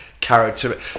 character